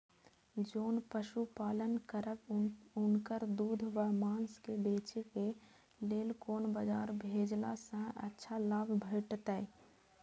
जोन पशु पालन करब उनकर दूध व माँस के बेचे के लेल कोन बाजार भेजला सँ अच्छा लाभ भेटैत?